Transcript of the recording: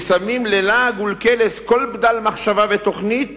ושמים ללעג ולקלס כל בדל מחשבה ותוכנית